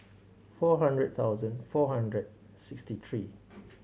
four hundred thousand four hundred sixty three